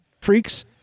freaks